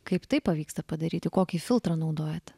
kaip tai pavyksta padaryti kokį filtrą naudojat